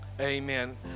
Amen